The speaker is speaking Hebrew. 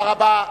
תודה רבה.